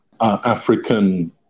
African